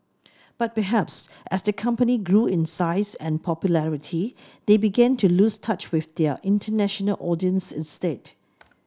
but perhaps as the company grew in size and popularity they began to lose touch with their international audience instead